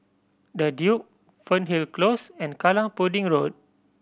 The Duke Fernhill Close and Kallang Pudding Road